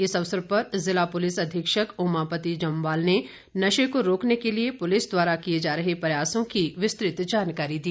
इस अवसर पर जिला पुलिस अधीक्षक ओमापति जम्वाल ने नशे को रोकने के लिए पुलिस द्वारा किए जा रहे प्रयासों की विस्तृत जानकारी दी